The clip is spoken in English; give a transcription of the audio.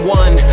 one